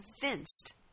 convinced